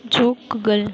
ஜோக்குகள்